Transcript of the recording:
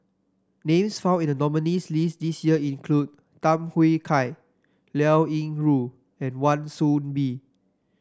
names found in the nominees' list this year include Tham Yui Kai Liao Yingru and Wan Soon Bee